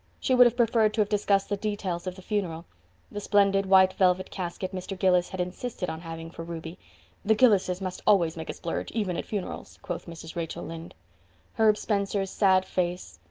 she would have preferred to have discussed the details of the funeral the splendid white velvet casket mr. gillis had insisted on having for ruby the gillises must always make a splurge, even at funerals, quoth mrs. rachel lynde herb spencer's sad face,